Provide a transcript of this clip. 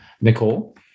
Nicole